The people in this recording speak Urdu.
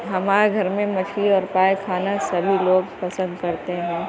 ہمارے گھر میں مچھلی اور پائے کھانا سبھی لوگ پسند کرتے ہیں